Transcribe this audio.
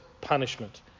punishment